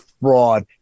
fraud